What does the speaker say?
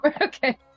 Okay